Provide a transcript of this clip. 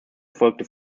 folgte